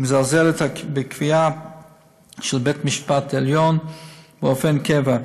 מזלזלת בקביעה של בית המשפט העליון באופן קבוע.